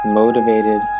motivated